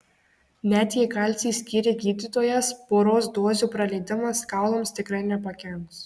net jei kalcį skyrė gydytojas poros dozių praleidimas kaulams tikrai nepakenks